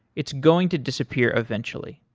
it's going to disappear eventually.